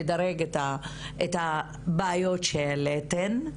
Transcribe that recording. לדרג את הבעיות שהעליתן.